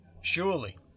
surely